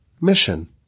mission